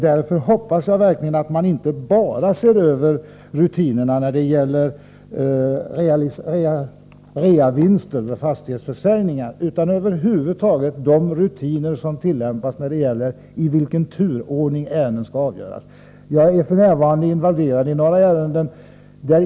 Jag hoppas därför att man inte bara ser över rutinerna när det gäller fastighetsförsäljningar utan över huvud taget de rutiner som tillämpas beträffande den turordning i vilken ärenden skall avgöras. Jag är f.n. involverad i några ärenden.